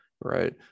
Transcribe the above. right